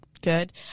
good